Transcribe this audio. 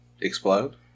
Explode